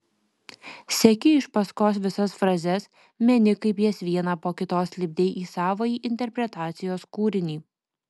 seki iš paskos visas frazes meni kaip jas vieną po kitos lipdei į savąjį interpretacijos kūrinį